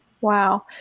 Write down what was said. Wow